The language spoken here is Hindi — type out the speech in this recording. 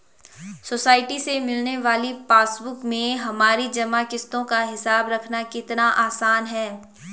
सोसाइटी से मिलने वाली पासबुक में हमारी जमा किश्तों का हिसाब रखना कितना आसान है